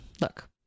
look